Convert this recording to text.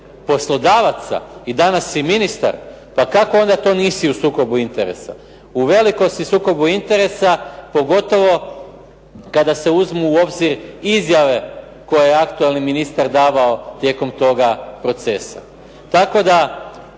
poslodavaca i danas si ministar, pa kako onda to nisu u sukobu interesa? U velikom si sukobu interesa, pogotovo kada se uzmu u obzir izjave koje je aktualni ministar davao tijekom toga procesa. Tako da